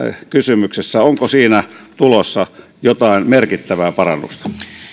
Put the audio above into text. kysymyksessä onko siinä tulossa jotain merkittävää parannusta